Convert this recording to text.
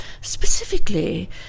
Specifically